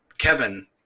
kevin